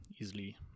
easily